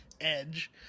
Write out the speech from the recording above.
Edge